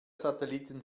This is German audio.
satelliten